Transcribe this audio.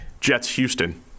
Jets-Houston